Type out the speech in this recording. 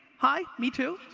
hi, me too.